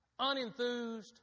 Unenthused